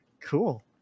Cool